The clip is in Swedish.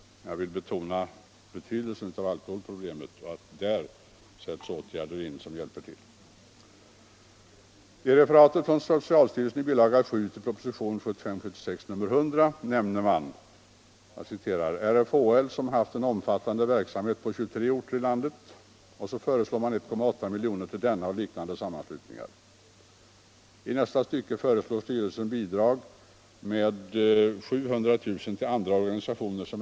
Men jag har velat betona betydelsen av problemen kring alkoholen och att åtgärder där sätts in.